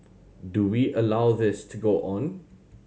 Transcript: do we allow this to go on